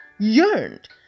yearned